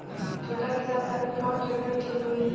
छोट किसान खातिर कवन ट्रेक्टर ठीक होई?